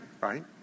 right